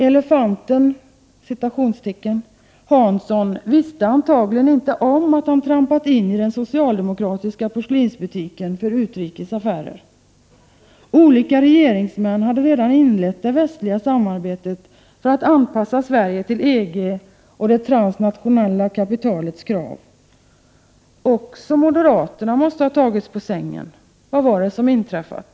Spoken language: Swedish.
”Elefanten” Hansson visste antagligen inte om att han trampat in i den socialdemokratiska porslinsbutiken för utrikes affärer. Olika regeringsmän hade redan inlett det västliga samarbetet för att anpassa Sverige till EG och det transnationella kapitalets krav. Också moderaterna måste ha tagits på sängen. Vad var det som hade inträffat?